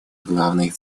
главных